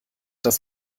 das